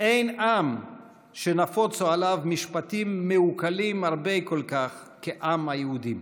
אין עם שנפוצו עליו משפטים מעוקלים הרבה כל כך כעם היהודים.